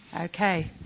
Okay